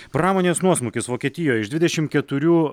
pramonės nuosmukis vokietijoj iš dvidešimt keturių